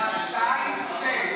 אחת, שתיים, צא.